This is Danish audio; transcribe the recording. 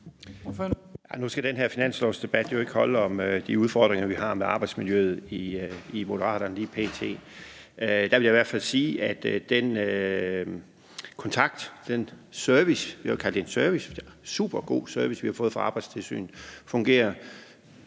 Nu skal den her finanslovsdebat jo ikke handle om de udfordringer, vi har med arbejdsmiljøet i Moderaterne lige p.t. Der vil jeg i hvert fald sige, at kontakten med Arbejdstilsynet og den service – jeg vil kalde det en service, en super god service – vi har fået fra Arbejdstilsynet, fungerer